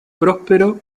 próspero